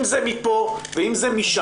אם זה מפה ואם זה משם.